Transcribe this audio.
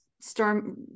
storm